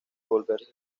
volverse